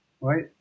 right